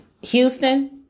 Houston